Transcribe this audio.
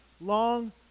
long